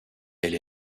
elle